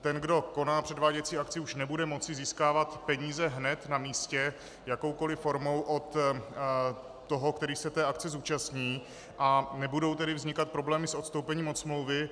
Ten, kdo koná předváděcí akci, už nebude moci získávat peníze hned na místě jakoukoli formou od toho, který se té akce zúčastní, a nebudou tedy vznikat problémy s odstoupením od smlouvy.